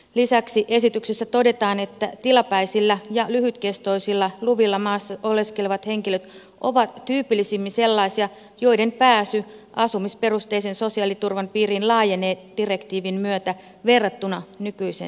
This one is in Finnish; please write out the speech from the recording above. lisäksi esityksessä todetaan että tilapäisillä ja lyhytkestoisilla luvilla maassa oleskelevat henkilöt ovat tyypillisimmin sellaisia joiden pääsy asumisperusteisen sosiaaliturvan piiriin laajenee direktiivin myötä verrattuna nykyiseen säätelyyn